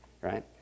right